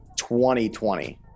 2020